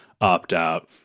opt-out